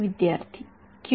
विद्यार्थी क्यू